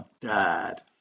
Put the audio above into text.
dad